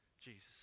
Jesus